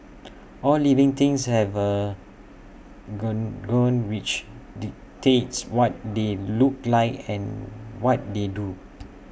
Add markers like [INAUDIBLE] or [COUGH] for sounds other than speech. [NOISE] all living things have A gone gone which dictates what they look like and what they do